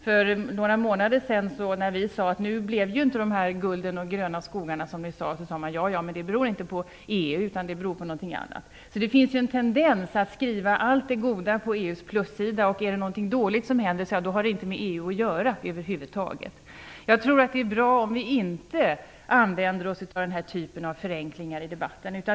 För några månader sedan när vi sade att det inte blev det guld och de gröna skogar som man talade om, svarade man att det inte berodde på EU utan det berodde på någonting annat. Det finns en tendens att skriva allt det goda som händer på EU:s plussida, och om det händer någonting dåligt så har det över huvud taget inte med EU att göra. Jag tror att det bra om vi inte använder oss av den här typen av förenklingar i debatten.